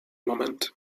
moment